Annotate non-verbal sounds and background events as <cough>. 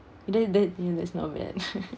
that that deal is not bad <laughs>